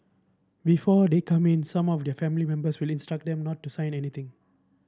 before they come in some of their family members will instruct them not to sign anything